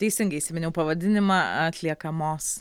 teisingai įsiminiau pavadinimą atliekamos